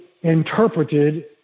interpreted